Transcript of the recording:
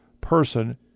person